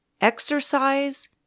exercise